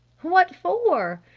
what for?